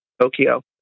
Tokyo